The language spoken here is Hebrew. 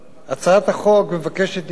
הצעת החוק מבקשת לקבוע